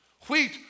wheat